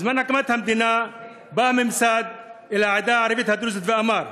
בזמן הקמת המדינה בא הממסד אל העדה הערבית הדרוזית ואמר: